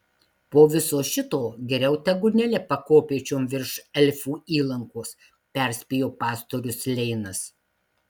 po viso šito geriau tegul nelipa kopėčiom virš elfų įlankos perspėjo pastorius leinas